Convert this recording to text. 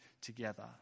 together